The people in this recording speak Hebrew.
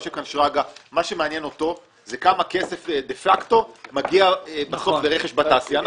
מה שמעניין את שרגא זה כמה כסף דה-פקטו מגיע ברכש בתעשייה.